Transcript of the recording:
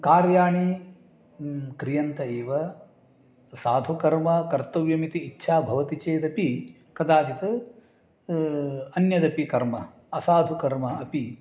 कार्याणि क्रियन्त इव साधुकर्म कर्तव्यमिति इच्छा भवति चेदपि कदाचित् अन्यदपि कर्म असाधुः कर्म अपि